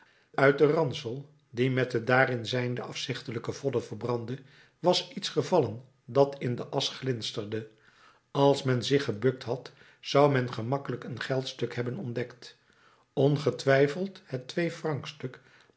uit den ransel die met de daarin zijnde afzichtelijke vodden verbrandde was iets gevallen dat in de asch glinsterde als men zich gebukt had zou men gemakkelijk een geldstuk hebben ontdekt ongetwijfeld het